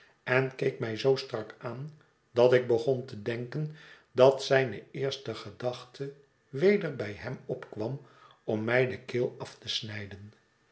en keek mij zoo strak aan dat ik begon te denken dat zijne eerste gedachte weder bij hem opkwam om mij de keel af te snijden